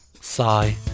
Sigh